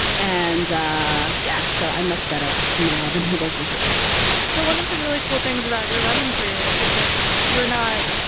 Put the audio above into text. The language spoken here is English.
and yeah. so i'm much better now than i was before so one of the really cool things about your running career is that you're not,